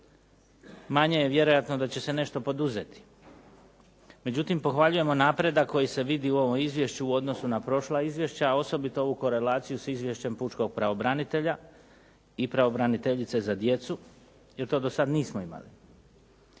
manje je vjerojatno da će se nešto poduzeti. Međutim, pohvaljujemo napredak koji se vidi u ovom izvješću u odnosu na prošla izvješća a osobito ovu korelaciju s izvješćem pučkog pravobranitelja i pravobraniteljice za djecu jer to do sada nismo imali.